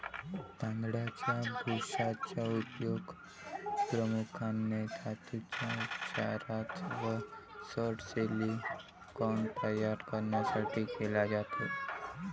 तांदळाच्या भुशाचा उपयोग प्रामुख्याने धातूंच्या उपचारात व सौर सिलिकॉन तयार करण्यासाठी केला जातो